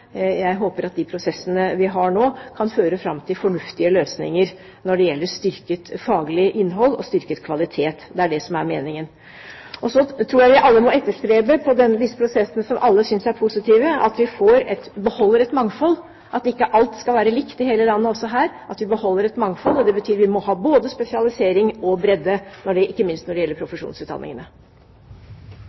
Jeg håper at de prosessene vi har nå, kan føre fram til fornuftige løsninger når det gjelder styrket faglig innhold og styrket kvalitet. Det er det som er meningen. Så tror jeg vi alle må etterstrebe i disse prosessene, som alle synes er positive, at vi beholder et mangfold, at ikke alt skal være likt i hele landet – også her. At vi beholder et mangfold, betyr at vi må ha både spesialisering og bredde, ikke minst når det gjelder profesjonsutdanningene.